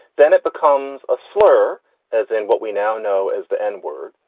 then it becomes a slur as in what we now know as the n-word.